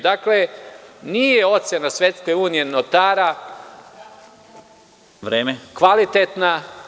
Dakle, nije ocena Svetske unije notara kvalitetna.